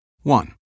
One